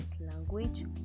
language